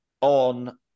on